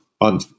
on